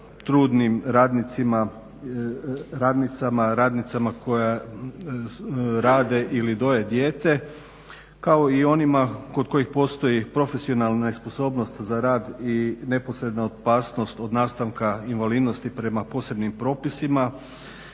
radnicama, radnicama koje rade ili doje dijete, kao i onima kod kojih postoji profesionalna nesposobnost za rad i neposredna opasnost od nastanka invalidnosti prema posebnim propisima